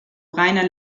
reiner